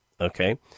okay